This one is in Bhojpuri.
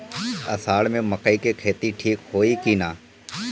अषाढ़ मे मकई के खेती ठीक होई कि ना?